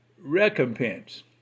recompense